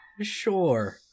sure